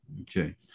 okay